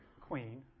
queen